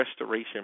Restoration